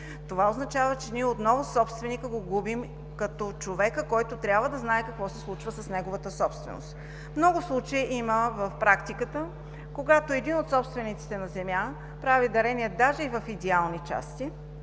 Това означава, че ние отново губим собственика като човекът, който трябва да знае какво се случва с неговата собственост. Има много случаи в практиката, когато един от собствениците на земя прави дарение, даже в идеални части,